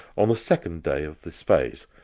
on the second day of this phase,